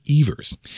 Evers